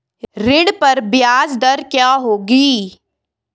ऋण पर ब्याज दर क्या होगी?